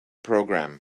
program